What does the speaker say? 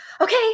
okay